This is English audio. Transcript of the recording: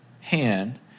hand